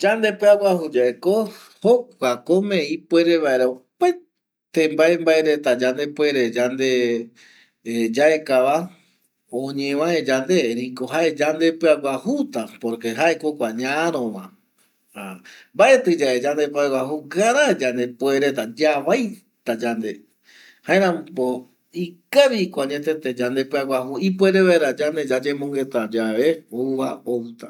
Yande pɨa guaju yave, jokua ko ome ipuere vaera opaete mbae mbae reta yande puere yaekava, oñeme mbae yande erei jaeko yandepɨa guajuta esa jokua ko jae ñarova, mbaetɨye yandepɨaguajuyae grave yandepuereta yavaita yande jaeramo ko ikavi añete yandepɨaguaju ipuere vaera yande yayemongueta yave kua outa